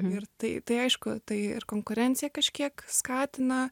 ir tai tai aišku tai ir konkurenciją kažkiek skatina